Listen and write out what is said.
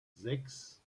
sechs